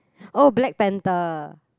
oh Black-Panther